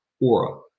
Aura